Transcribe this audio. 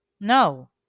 No